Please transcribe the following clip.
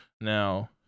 now